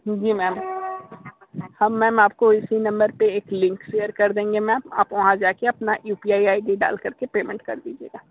जी ma'am हम ma'am आपको इसी नंबर पर एक लिंक शेअर कर देंगे मैम आप वहां जाकर अपना U P I I D डाल करके पेमेंट कर दीजिएगा